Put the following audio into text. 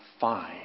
fine